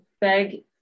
beg